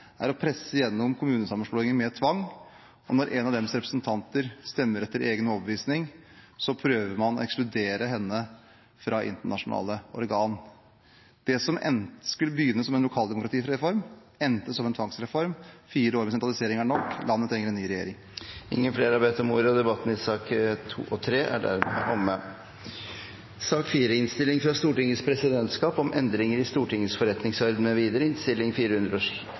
er å presse igjennom kommunesammenslåinger med tvang. Og når en av deres representanter stemmer etter egen overbevisning, prøver man å ekskludere henne fra internasjonale organ. Det som skulle begynne som en lokaldemokratireform, endte som en tvangsreform. Fire år med sentralisering er nok, landet trenger en ny regjering. Flere har ikke bedt om ordet til sakene nr. 2 og 3. Presidenten vil foreslå at taletiden blir begrenset til 5 minutter til hver partigruppe. Videre vil presidenten foreslå at det ikke blir gitt anledning til replikker, og